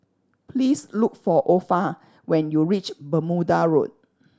please look for Orpha when you reach Bermuda Road